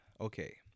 okay